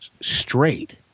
straight